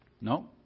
No